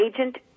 agent